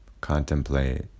contemplate